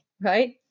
right